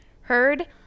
heard